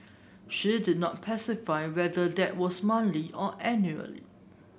she did not specify whether that was monthly or annually